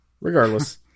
Regardless